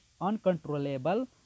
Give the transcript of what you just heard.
uncontrollable